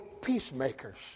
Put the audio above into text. peacemakers